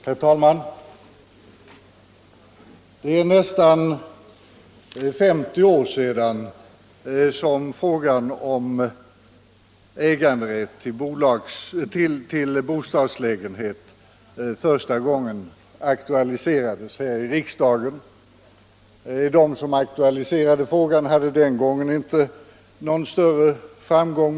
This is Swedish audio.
Herr talman! Det är nästan 50 år sedan som frågan om äganderätt till bostadslägenhet första gången aktualiserades här i riksdagen. De som tog upp frågan hade den gången inte någon större framgång.